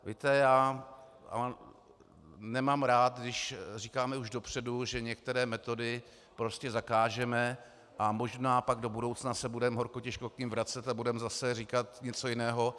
Víte, já nemám rád, když říkáme už dopředu, že některé metody prostě zakážeme a možná se pak do budoucna budeme horko těžko k nim vracet a budeme zase říkat něco jiného.